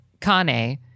Kane